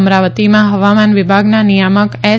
અમરાવતીમાં હવામાન વિભાગના નિયામક એસ